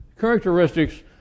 Characteristics